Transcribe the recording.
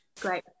great